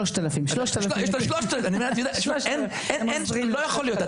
יש 3,000. לא יכול להיות,